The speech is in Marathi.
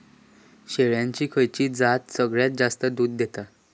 शेळ्यांची खयची जात सगळ्यात जास्त दूध देता?